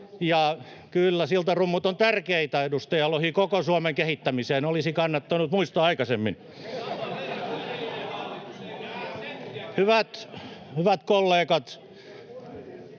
Kyllä, siltarummut ovat tärkeitä, edustaja Lohi, koko Suomen kehittämiseen. Olisi kannattanut muistaa aikaisemmin.